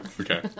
Okay